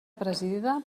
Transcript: presidida